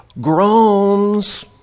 groans